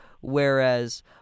whereas